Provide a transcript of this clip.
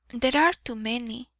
they are too many.